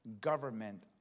government